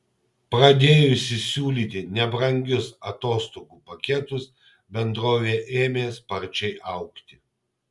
pradėjusi siūlyti nebrangius atostogų paketus bendrovė ėmė sparčiai augti